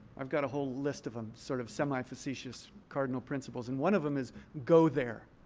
i've got a whole list of them, sort of semi-facetious cardinal principles. and one of them is go there.